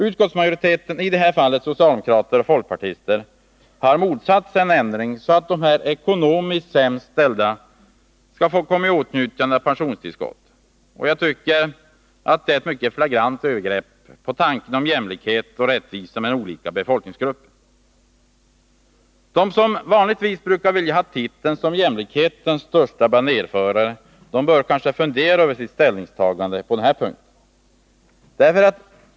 Utskottsmajoriteten — i detta fall socialdemokrater och folkpartister — har motsatt sig en ändring som innebär att dessa ekonomiskt sämst ställda skall få komma i åtnjutande av pensionstillskotten. Jag tycker att det är ett flagrant övergrepp mot tanken om jämlikhet och rättvisa mellan olika befolkningsgrupper. De som vanligtvis brukar vilja ha titeln jämlikhetens största banerförare bör fundera över sitt ställningstagande på den här punkten.